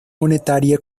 monetaria